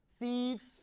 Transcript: Thieves